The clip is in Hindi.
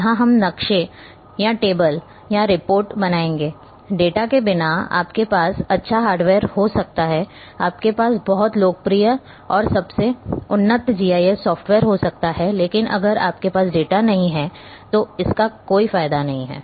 यहां हम नक्शे या टेबल या रिपोर्ट बनाएंगे डेटा के बिना आपके पास अच्छा हार्डवेयर हो सकता है आपके पास बहुत लोकप्रिय और सबसे उन्नत जीआईएस सॉफ्टवेयर हो सकते हैं लेकिन अगर आपके पास डेटा नहीं है तो इसका कोई फायदा नहीं है